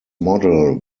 model